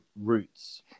roots